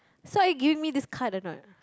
so are you giving me this card or not